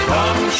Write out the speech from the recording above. Come